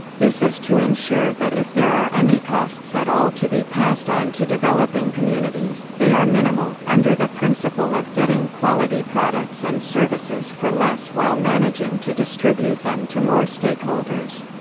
this is to ensure that if there are any costs at all to be passed on to developing communities, they are minimal, under the principle of getting quality products and services for less while managing to distribute them to more stakeholders.